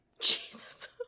Jesus